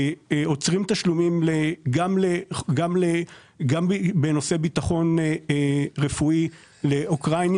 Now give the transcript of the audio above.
יעצרו תשלומים גם בנושא ביטחון רפואי לאוקראינים